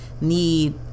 need